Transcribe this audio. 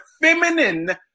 feminine